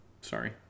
Sorry